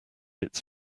its